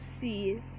see